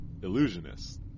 illusionists